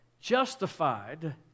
justified